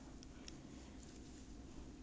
少过十分钟 lah